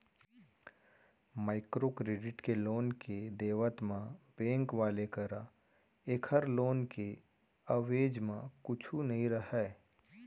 micro credit के loan के देवत म बेंक वाले करा ऐखर लोन के एवेज म कुछु नइ रहय